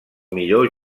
millor